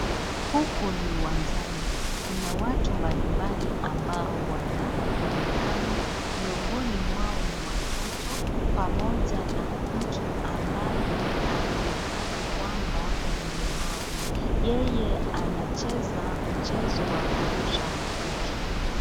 Huku ni uwanjani, kuna watu mbalimbali ambao wanaonekana, miongoni mwao ni watoto pamoja na mtu ambaye anaonekana kwamba ni mlemavu. Yeye anacheza mchezo wa kurusha mkuki.